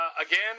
Again